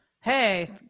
hey